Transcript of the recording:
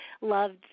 loved